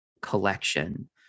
collection